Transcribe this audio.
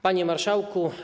Panie Marszałku!